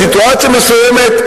בסיטואציה מסוימת,